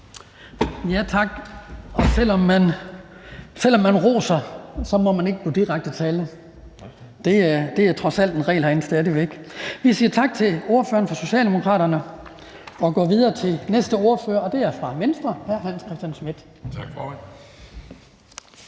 Tak. Selv om man roser, må man ikke bruge direkte tiltale. Det er stadig væk en regel herinde. Vi siger tak til ordføreren for Socialdemokraterne og går videre til næste ordfører, som er hr. Hans Christian Schmidt fra